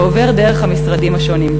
ועובר דרך המשרדים השונים.